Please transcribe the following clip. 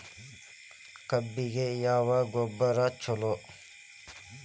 ಕಬ್ಬಿಗ ಯಾವ ಗೊಬ್ಬರ ಛಲೋ?